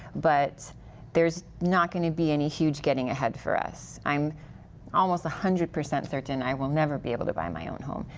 but there's not going to be any huge getting head for us. i'm almost one hundred percent certain i will never be able to buy my own home.